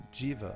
Jiva